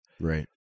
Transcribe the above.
Right